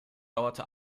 dauerte